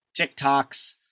TikToks